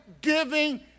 giving